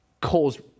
caused